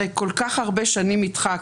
הרי כל כך הרבה שנים הדחקת,